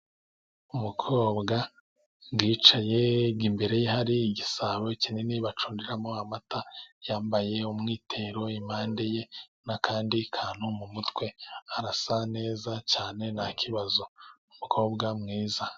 Umukobwa wicaye imbere ye hari igisabo kinini bacundiramo amata, yambaye umwitero impande ye n'akandi kantu mu mutwe arasa neza cyane nta kibazo umukobwa mwiza.